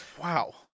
Wow